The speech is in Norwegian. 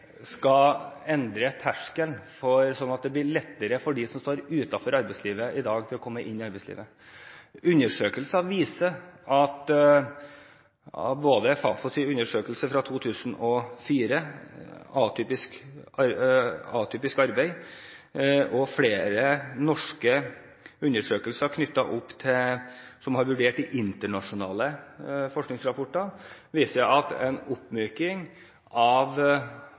skal endre terskelen, sånn at det blir lettere for dem som i dag står utenfor arbeidslivet, å komme inn i arbeidslivet. Både FAFOs undersøkelse fra 2004, Atypisk arbeid, og flere norske undersøkelser som har vurdert internasjonale forskningsrapporter, viser at en oppmyking av